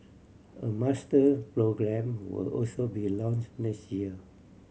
a master programme will also be launch next year